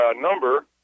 number